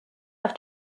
auf